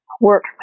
work